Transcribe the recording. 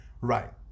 Right